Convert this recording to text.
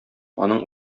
аның